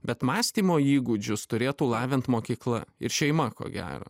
bet mąstymo įgūdžius turėtų lavint mokykla ir šeima ko gero